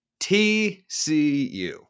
TCU